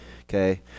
Okay